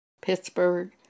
Pittsburgh